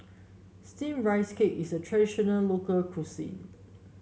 steamed Rice Cake is a traditional local cuisine